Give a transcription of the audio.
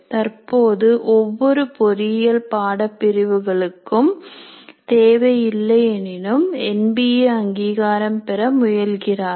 தற்போது ஒவ்வொரு பொறியியல் பாட பிரிவுகளுக்கும் தேவை இல்லை எனினும் என்பிஏ அங்கீகாரம் பெற முயல்கிறார்கள்